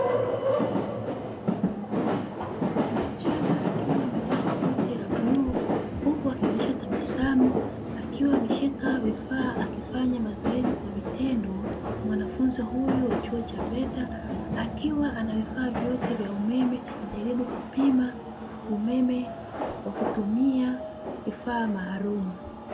Msichana akiwa amevaa koti la bluu huku akionyesha tabasamu akiwa ameshika vifaa akifanya mazoezi kwa vitendo, mwanafunzi huyu wa chuo cha veta akiwa na vifaa vyote vya umeme, akijaribu kupima umeme kwa kutumia vifaa maalumu.